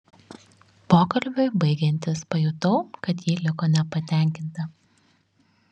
pokalbiui baigiantis pajutau kad ji liko nepatenkinta